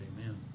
amen